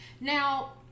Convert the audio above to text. Now